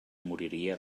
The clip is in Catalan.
moriria